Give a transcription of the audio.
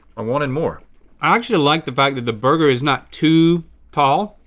i wanted more. i actually like the fact that the burger is not too tall.